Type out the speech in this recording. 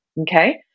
okay